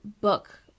book